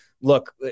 look